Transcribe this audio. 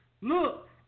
Look